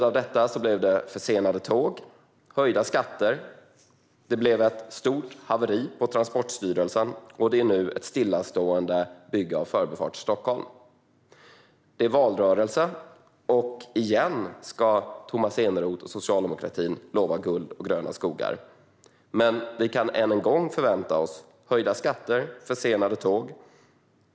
Av detta blev det dock försenade tåg, höjda skatter, ett stort haveri på Transportstyrelsen och nu ett stillastående bygge av Förbifart Stockholm. Det är valrörelse, och än en gång ska Tomas Eneroth och socialdemokratin lova guld och gröna skogar. Men vi kan än en gång förvänta oss höjda skatter och försenade tåg.